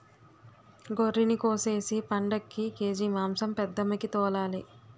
గొర్రినికోసేసి పండక్కి కేజి మాంసం పెద్దమ్మికి తోలాలి